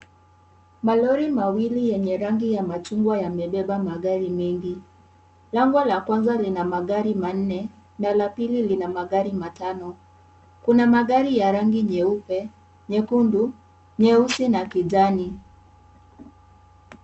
Malori mawili yenye rangi ya machungwa yamebeba magari mengi lango la kwanza lina magari manne na la pili lina magari matano kuna magari ya rangi nyeupe, nyekundu, nyeusi na kijani